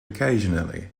occasionally